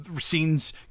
scenes